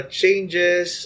changes